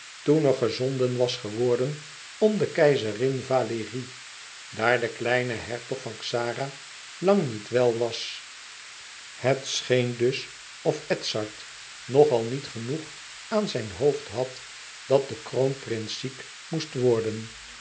toen er gezonden was geworden om de keizerin valérie daar de kleine hertog van xara lang niet wel was het scheen dus of edzard nog al niet genoeg aan zijn hoofd had dat de kroonprins ziek moest worden